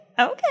Okay